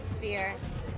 fierce